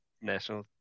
national